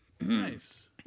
Nice